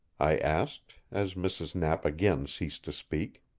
i asked, as mrs. knapp again ceased to speak.